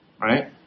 right